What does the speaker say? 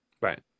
Right